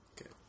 Okay